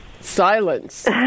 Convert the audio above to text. Silence